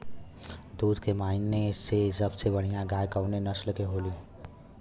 दुध के माने मे सबसे बढ़ियां गाय कवने नस्ल के होली?